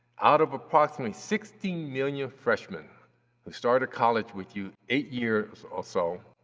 out of approximately sixteen million freshman who started college with you eight years or so,